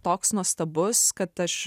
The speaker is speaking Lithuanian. toks nuostabus kad aš